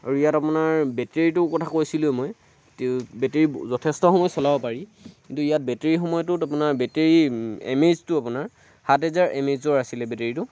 আৰু ইয়াত আপোনাৰ বেটেৰীটোৰ কথা কৈছিলোঁৱেই মই বেটেৰী যথেষ্ট সময় চলাব পাৰি কিন্তু ইয়াত বেটেৰী সময়টোত আপোনাৰ বেটেৰীৰ এমএইচটো আপোনাৰ সাত হাজাৰ এমএইচৰ আছিলে বেটেৰীটো